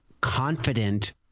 confident